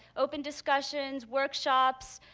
open discussions, workshops.